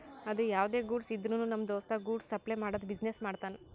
ಅದು ಯಾವ್ದೇ ಗೂಡ್ಸ್ ಇದ್ರುನು ನಮ್ ದೋಸ್ತ ಗೂಡ್ಸ್ ಸಪ್ಲೈ ಮಾಡದು ಬಿಸಿನೆಸ್ ಮಾಡ್ತಾನ್